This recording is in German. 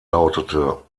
lautete